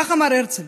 כך אמר הרצל: